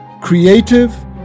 creative